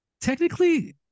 technically